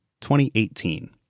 2018